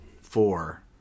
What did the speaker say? four